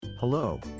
Hello